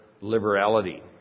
liberality